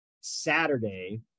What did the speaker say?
Saturday